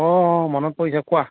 অঁ মনত পৰিছে কোৱা